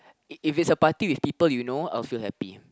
if it's a party with people you know I'll feel happy